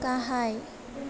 गाहाय